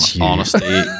honesty